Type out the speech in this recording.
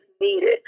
needed